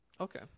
Okay